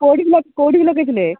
କୋଉଠିକି କୋଉଠିକି ଲଗେଇଥିଲେ